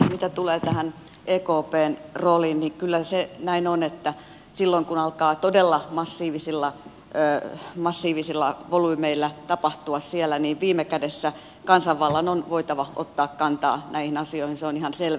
mitä tulee tähän ekpn rooliin niin kyllä se näin on että silloin kun alkaa todella massiivisilla volyymeillä tapahtua siellä viime kädessä kansanvallan on voitava ottaa kantaa näihin asioihin se on ihan selvä